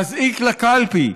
להזעיק לקלפי,